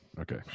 Okay